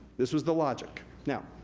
this was the logic. now,